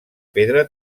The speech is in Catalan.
pedra